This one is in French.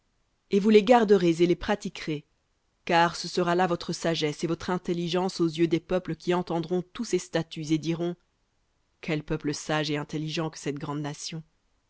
et vous les garderez et les pratiquerez car ce sera là votre sagesse et votre intelligence aux yeux des peuples qui entendront tous ces statuts et diront quel peuple sage et intelligent que cette grande nation